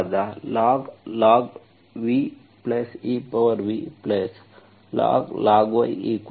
ಸರಳವಾದ log vev log ylog C ಆಗಿದೆ